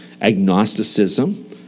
agnosticism